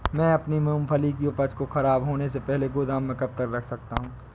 मैं अपनी मूँगफली की उपज को ख़राब होने से पहले गोदाम में कब तक रख सकता हूँ?